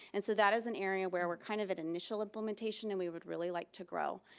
and so that is an area where we're kind of at initial implementation and we would really like to grow.